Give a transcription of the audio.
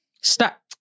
Stop